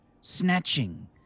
snatching